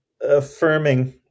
affirming